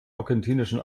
argentinischen